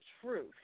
truth